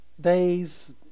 days